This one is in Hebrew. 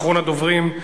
אחרון הדוברים,